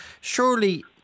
Surely